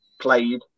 played